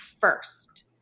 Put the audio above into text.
first